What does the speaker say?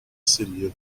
city